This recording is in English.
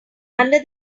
under